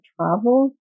travel